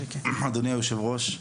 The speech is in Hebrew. אדוני היושב-ראש,